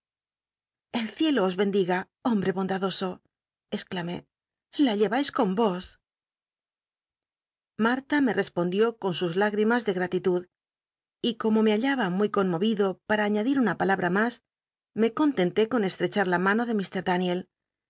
el ciclo os bendiga hombre bondadoso esclamé la llcvais con vos jarta me respondió con sus lágrimas de gratitud y como me hallaba muy conmovido para añadir una palabra mas me contenté con cstechar la mano de